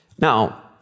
Now